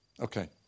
Okay